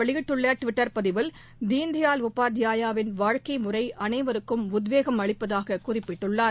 வெளியிட்டுள்ளடுவிட்டர் பதிவில் தீன்தயாள் உபாத்யாயாவின் இவ குறித்து அவர் வாழ்க்கைமுறைஅனைவருக்கும் உத்வேகம் அளிப்பதாககுறிப்பிட்டுள்ளார்